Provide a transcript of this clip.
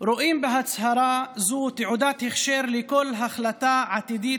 רואים בהצהרה זו תעודת הכשר לכל החלטה עתידית